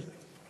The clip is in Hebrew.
במדינת ישראל.